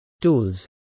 Tools